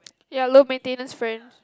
ya low maintenance friend